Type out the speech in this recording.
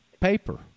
paper